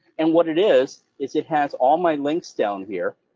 and what it is is it has all my links down here